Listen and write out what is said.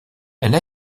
elle